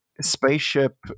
spaceship